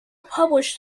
published